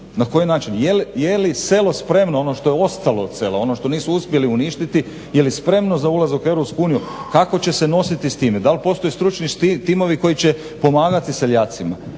Na koji način, je li selo spremno, ono što je ostalo od sela, ono što nisu uspjeli uništiti je li spremno za ulazak u Europsku uniju? Kako će se nositi s time, da li postoje stručni timovi koji će pomagati seljacima?